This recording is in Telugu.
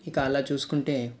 ఇక అలా చూసుకుంటే